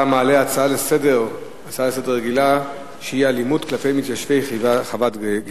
להצעה לסדר-היום בנושא: אלימות כלפי מתיישבי חוות-גלעד,